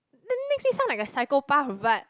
then makes me sound like a psychopath but